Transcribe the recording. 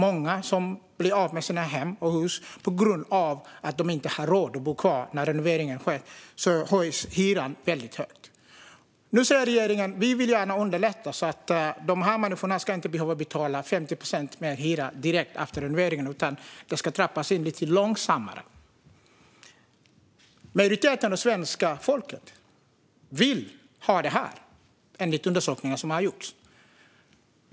Många blir av med sina hem och hus på grund av att de inte har råd att bo kvar efter renoveringen när hyrorna höjs väldigt mycket. Nu säger regeringen att man gärna vill underlätta för dessa människor, så att de inte ska behöva betala 50 procent mer i hyra direkt efter renoveringen utan att hyran ska trappas upp lite långsammare. Enligt undersökningar som har gjorts vill majoriteten av svenska folket ha det så.